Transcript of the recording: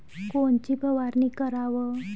कोनची फवारणी कराव?